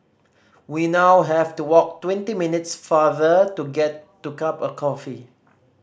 we now have to walk twenty minutes farther to get to cup of coffee